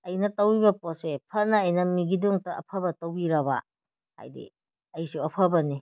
ꯑꯩꯅ ꯇꯧꯔꯤꯕ ꯄꯣꯠꯁꯦ ꯐꯅ ꯑꯩꯅ ꯃꯤꯒꯤꯗꯃꯛꯇ ꯑꯐꯕ ꯇꯧꯕꯤꯔꯕ ꯍꯥꯏꯗꯤ ꯑꯩꯁꯨ ꯑꯐꯕꯅꯤ